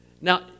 Now